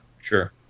Sure